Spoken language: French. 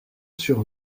sur